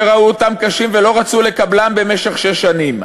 שראו אותם קשים ולא רצו לקבלם במשך שש שנים.